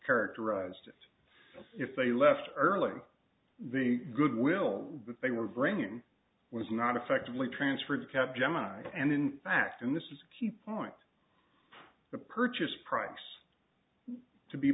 characterized if they left early the goodwill that they were bringing was not effectively transferred to cap gemini and in fact and this is a key point the purchase price to be